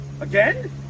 Again